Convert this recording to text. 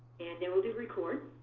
and then we'll do record.